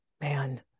man